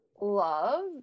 love